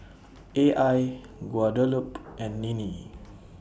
A I Guadalupe and Ninnie